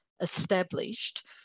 established